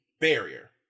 barrier